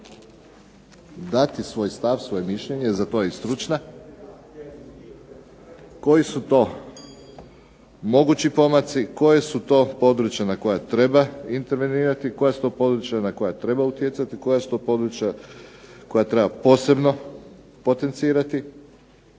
dati svoj stav, svoje mišljenje, za to je stručna, koji su to mogući pomaci, koja su područja na koja treba intervenirati, koja su to područja na koja treba utjecati, koja su to područja koja treba posebno potencirati